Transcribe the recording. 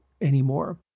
anymore